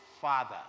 Father